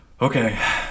Okay